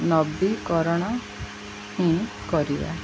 ନବୀକରଣ ହିଁ କରିବା